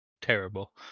terrible